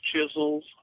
chisels